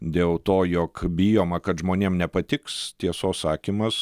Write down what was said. dėl to jog bijoma kad žmonėm nepatiks tiesos sakymas